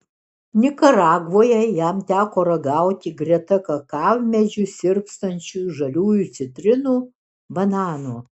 nikaragvoje jam teko ragauti greta kakavmedžių sirpstančių žaliųjų citrinų bananų